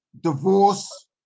Divorce